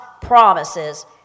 promises